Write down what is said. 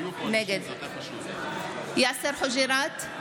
נגד יאסר חוג'יראת,